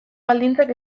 baldintzak